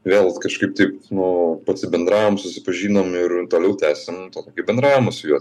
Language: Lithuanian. vėl kažkaip taip nu pasibendravom susipažinom ir toliau tęsiam tą tokį bendravimą su juo